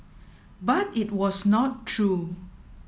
but it was not true